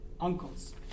uncles